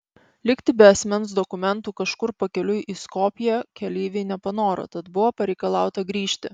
likti be asmens dokumentų kažkur pakeliui į skopję keleiviai nepanoro tad buvo pareikalauta grįžti